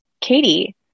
Katie